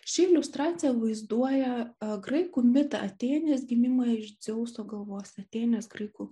ši iliustracija vaizduoja graikų mitą atėnės gimimą iš dzeuso galvos atėnės graikų